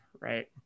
right